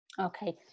Okay